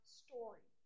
story